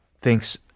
thinks